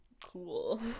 Cool